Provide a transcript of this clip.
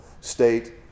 state